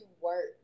work